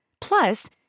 Plus